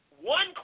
one